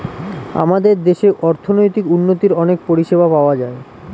আমাদের দেশে অর্থনৈতিক উন্নতির অনেক পরিষেবা পাওয়া যায়